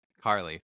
Carly